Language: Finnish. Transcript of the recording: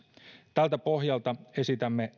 tältä pohjalta esitämme